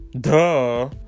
Duh